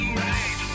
right